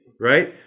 right